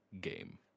game